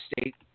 State